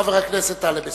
חבר הכנסת טלב אלסאנע.